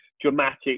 dramatic